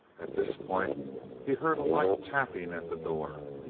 at this point he heard a light tapping at the door.